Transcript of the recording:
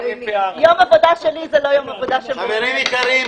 יום עבודה שלי זה לא יום עבודה --- חברים יקרים,